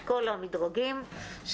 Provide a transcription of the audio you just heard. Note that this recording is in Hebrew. מכל המדרגים,